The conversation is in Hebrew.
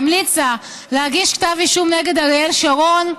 המליצה להגיש כתב אישום נגד אריאל שרון,